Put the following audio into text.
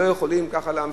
לא יכולים ככה להמשיך,